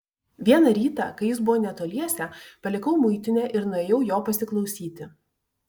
vieną rytą kai jis buvo netoliese palikau muitinę ir nuėjau jo pasiklausyti